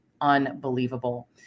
unbelievable